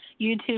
YouTube